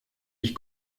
ich